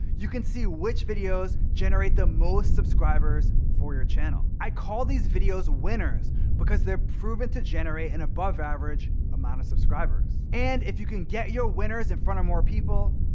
you can see which videos generate the most subscribers for your channel. i call these videos winners because they're proven to generate an above average amount of subscribers. and if you can get your winners in front of more people,